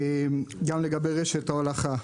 לגבי רשת ההולכה,